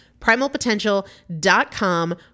Primalpotential.com